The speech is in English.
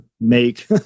make